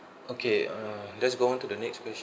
okay uh let's go on to the next question